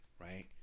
right